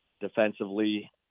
defensively